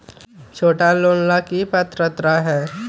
छोटा लोन ला की पात्रता है?